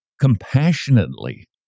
compassionately